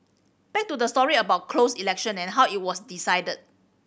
back to the story about closed election and how it was decided